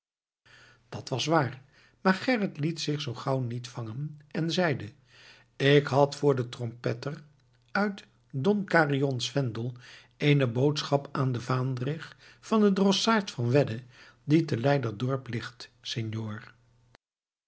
dat was waar maar gerrit liet zich zoo gauw niet vangen en zeide ik had voor den trompetter uit don carions vendel eene boodschap aan den vaandrig van den drossaard van wedde die te leiderdorp ligt senor